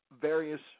various